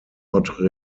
not